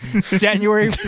January